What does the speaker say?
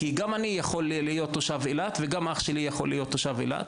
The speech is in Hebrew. כי גם אני יכול להית תושב אילת וגם אח שלי יכול להיות תושב אילת,